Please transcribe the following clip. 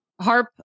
harp